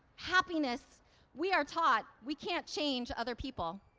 happiness we are taught we can't change other people.